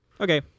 Okay